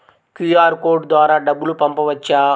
QR code ద్వారా డబ్బులు పంపవచ్చా?